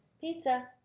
pizza